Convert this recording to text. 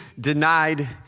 denied